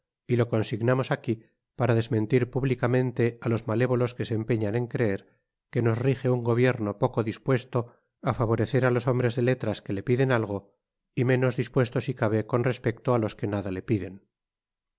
y lo con signamos aqui para desmentir públicamente á los malévolos que se empeñan en creer que nos rige un gobierno poco dispuesto á favorecer á los hombres de letras que le piden algo y menos dispuesto si cabe con respecto á los que nada le piden